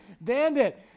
Bandit